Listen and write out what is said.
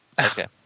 Okay